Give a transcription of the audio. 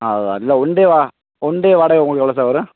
அதுதான் இல்லை ஒன் டேவா ஒன் டே வாடகை உங்களுக்கு எவ்வளோ சார் வரும்